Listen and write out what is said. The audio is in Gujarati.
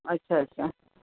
અચ્છા અચ્છા